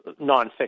nonfiction